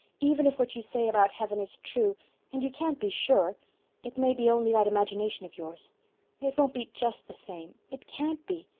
even if what you say about heaven is true and you can't be sure it may be only that imagination of yours it won't be just the same. it can't be.